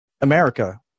America